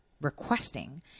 requesting